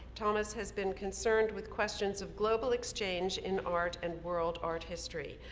thomas had been concerned with questions of global exchange in art and world art history,